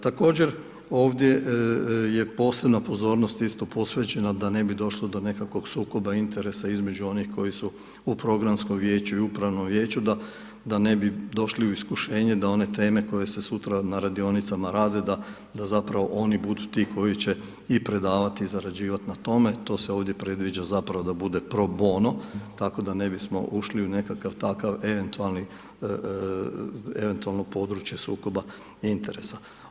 Također, ovdje j posebna pozornost isto posvećena, da ne bi došlo do nekakvih sukoba interesa između onih, koji su u programskom vijeću i upravnom vijeću, da ne bi došli u iskušenje, da one teme koje se sutra u radionicama rade, da zapravo oni budu ti koji će i predavati i zarađivati na tome, to se ovdje predviđa zapravo da bude pro bono, tako da ne bismo ušli u nekakav takav eventualno područje sukoba interesa.